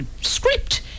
script